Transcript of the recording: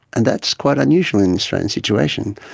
and that's quite unusual in an australian situation.